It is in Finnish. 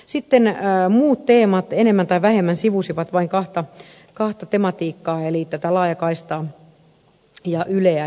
sitten muut teemat enemmän tai vähemmän sivusivat vain kahta tematiikkaa eli laajakaistaa ja yleä